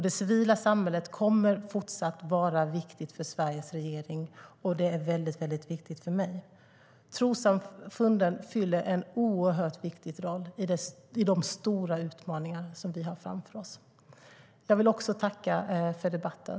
Det civila samhället kommer fortsatt att vara viktigt för Sveriges regering, och det är väldigt viktigt för mig. Trossamfunden fyller en oerhört viktig roll i de stora utmaningar vi har framför oss. Jag vill också tacka för debatten.